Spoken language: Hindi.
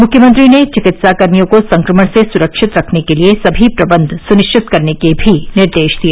मुख्यमंत्री ने चिकित्साकर्मियों को संक्रमण से सुरक्षित रखने के लिए सभी प्रबंध सुनिश्चित करने के भी निर्देश दिए